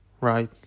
Right